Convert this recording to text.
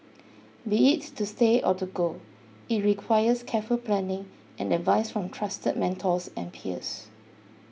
be it to stay or to go it requires careful planning and advice from trusted mentors and peers